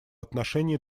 отношении